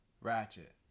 Ratchet